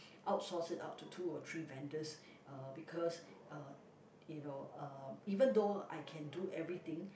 outsource it out to two or three vendors uh because uh you know uh even though I can do everything